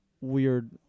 Weird